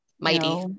mighty